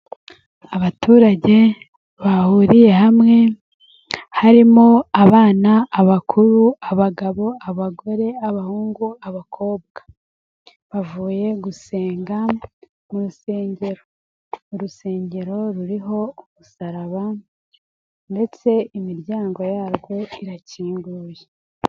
Abaturage bahuriye hamwe harimo abana, abakuru, abagabo, abagore, abahungu, abakobwa, bavuye gusenga mu rusengero, urusengero ruriho umusaraba ndetse imiryango yarwo irakinguye.